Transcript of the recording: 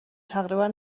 تقریبا